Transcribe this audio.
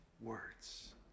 words